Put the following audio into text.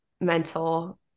mental